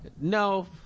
no